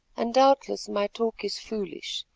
and doubtless my talk is foolish,